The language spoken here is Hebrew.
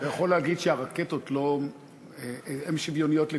אני יכול להגיד שהרקטות הן שוויוניות לגמרי,